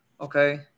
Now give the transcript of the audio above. Okay